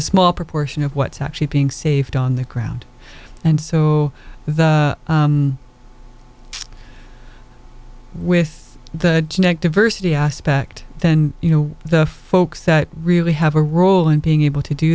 small proportion of what's actually being saved on the ground and so the with the genetic diversity aspect then you know the folks that really have a role in being able to do